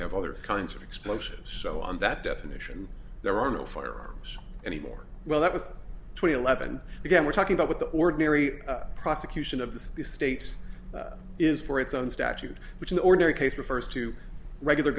have other kinds of explosives so on that definition there are no firearms anymore well that was twenty eleven again we're talking about what the ordinary prosecution of this state is for its own statute which in the ordinary case refers to regular